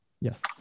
Yes